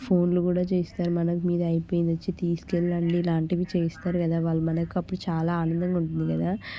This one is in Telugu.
ఫోన్లు కూడా చేస్తారు మనకు మీది అయిపోయింది వచ్చి తీసుకెళ్ళండి ఇలాంటివి చేస్తారు కదా వాళ్ళు మనకి అప్పుడు చాలా ఆనందంగా ఉంటుంది కదా